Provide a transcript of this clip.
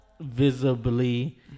visibly